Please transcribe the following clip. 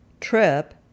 trip